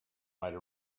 might